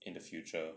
in the future